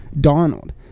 Donald